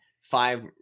five